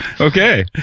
Okay